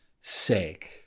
sake